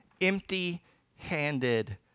empty-handed